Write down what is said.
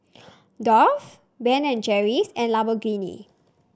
Dove Ben and Jerry's and Lamborghini